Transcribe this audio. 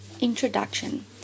introduction